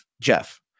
Jeff